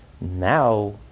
Now